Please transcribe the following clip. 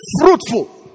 fruitful